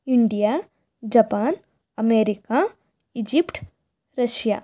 India Japan America Egypt Russia